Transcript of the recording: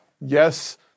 yes